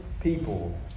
people